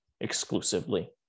exclusively